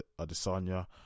Adesanya